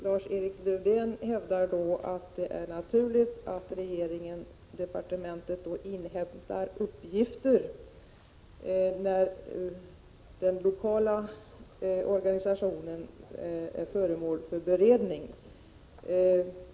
Lars-Erik Lövdén hävdar att det är naturligt att departementet inhämtar uppgifter när frågan om den lokala organisationen är föremål för beredning.